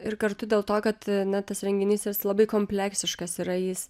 ir kartu dėl to kad ane tas renginys jis yra labai kompleksiškas yra jis